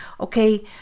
okay